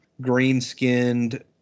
green-skinned